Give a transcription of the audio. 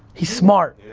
he's smart,